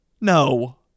No